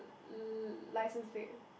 l~ license plate ah